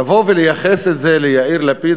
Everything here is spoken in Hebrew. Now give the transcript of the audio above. לבוא ולייחס את זה ליאיר לפיד,